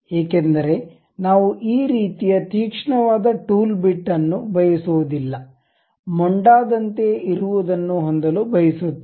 ಏಕೆಂದರೆ ನಾವು ಈ ರೀತಿಯ ತೀಕ್ಷ್ಣವಾದ ಟೂಲ್ ಬಿಟ್ ಅನ್ನು ಬಯಸುವುದಿಲ್ಲ ಮೊಂಡಾದಂತೆಯೇ ಇರುವದನ್ನು ಹೊಂದಲು ಬಯಸುತ್ತೇವೆ